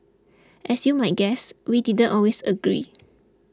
as you might guess we didn't always agree